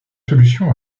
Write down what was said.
solutions